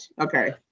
Okay